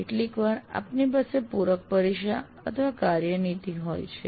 કેટલીકવાર આપની પાસે પૂરક પરીક્ષા અથવા કાર્ય નીતિ હોય છે